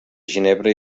ginebre